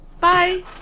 Bye